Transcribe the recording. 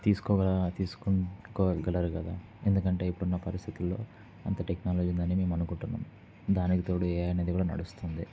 తీసుకోగల తీసుకోగలరు కదా ఎందుకంటే ఇప్పుడున్న పరిస్థితుల్లో అంత టెక్నాలజీ ఉందని మేము అనుకుంటున్నాం దానికి తోడు ఏఐ అనేది కూడా నడుస్తుంది